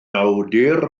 awdur